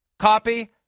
copy